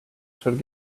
should